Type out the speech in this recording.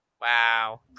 Wow